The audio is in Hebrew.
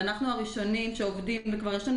ואנחנו הראשונים שעובדים וכבר יש לנו